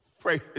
Pray